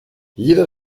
jeder